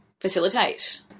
facilitate